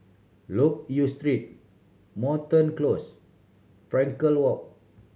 Loke Yew Street Moreton Close Frankel Walk